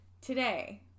Today